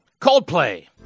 Coldplay